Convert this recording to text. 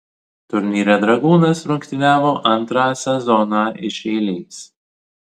turnyre dragūnas rungtyniavo antrą sezoną iš eilės